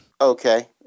Okay